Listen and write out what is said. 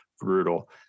brutal